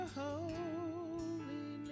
holy